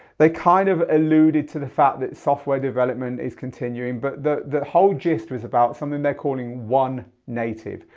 they kind of eluded to the fact that software development is continuing but the the whole gist was about something they're calling one native.